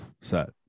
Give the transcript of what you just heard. set